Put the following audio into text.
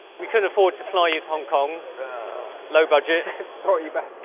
we couldn't afford to fly you to hong kong low budget hot you back.